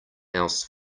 else